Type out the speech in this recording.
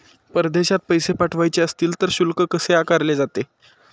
परदेशात पैसे पाठवायचे असतील तर शुल्क कसे आकारले जाते?